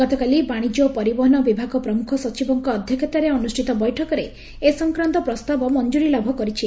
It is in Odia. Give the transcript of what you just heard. ଗତକାଲି ବାଶିଜ୍ୟ ଓ ପରିବହନ ବିଭାଗ ପ୍ରମୁଖ ସଚିବଙ୍କ ଅଧ୍ଧକ୍ଷତାରେ ଅନୁଷ୍ତିତ ବୈଠକରେ ଏ ସଂକ୍ରାନ୍ତ ପ୍ରସ୍ତାବ ମଞ୍ଠୁରୀ ଲାଭ କରିଛି